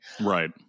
Right